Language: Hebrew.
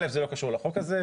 א' זה לא קשור לחוק הזה.